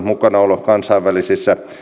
mukanaolo kansainvälisissä